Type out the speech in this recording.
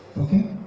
Okay